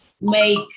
make